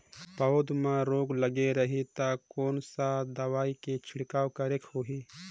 पौध मां रोग लगे रही ता कोन सा दवाई के छिड़काव करेके होही?